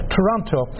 Toronto